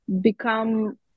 become